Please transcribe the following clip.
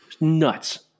Nuts